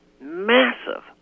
massive